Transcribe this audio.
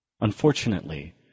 Unfortunately